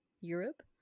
europe